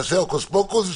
תעשה הוקוס-פוקוס,